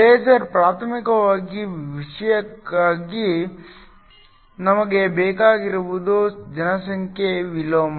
laser ಪ್ರಾಥಮಿಕ ವಿಷಯಕ್ಕಾಗಿ ನಮಗೆ ಬೇಕಾಗಿರುವುದು ಜನಸಂಖ್ಯೆಯ ವಿಲೋಮ